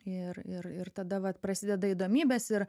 ir ir ir tada vat prasideda įdomybės ir